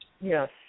Yes